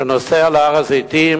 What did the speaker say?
שנוסעים בו להר-הזיתים